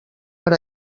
per